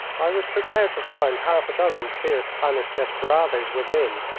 i was prepared to find half a dozen fierce spanish desperadoes within,